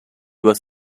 was